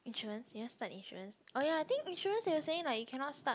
insurance you want start insurance oh ya I think insurance they were saying like you cannot start